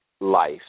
life